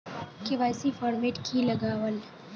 KYC format की लगावल?